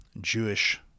Jewish